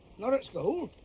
not at school?